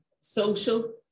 social